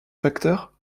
facteurs